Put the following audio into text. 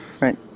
Right